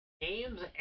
Games